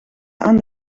aan